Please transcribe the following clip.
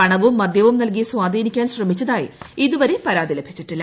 പണവും മദ്യവും നൽകി സ്ഥാധീനിക്കാൻ ശ്രമിച്ചതായി ഇതുവരെ പരാതി ലഭിച്ചിട്ടില്ല